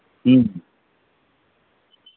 ᱦᱩᱸ